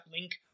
link